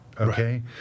Okay